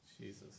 Jesus